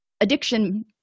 addiction